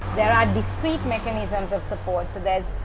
there are discrete mechanisms of support, so there's.